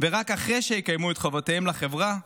ורק אחרי שיקיימו את חובותיהם לחברה,